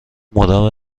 مدام